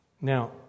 Now